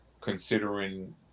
considering